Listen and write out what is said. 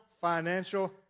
financial